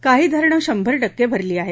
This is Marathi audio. काही धरणं शंभर टक्के भरली आहेत